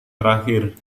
terakhir